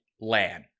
Lan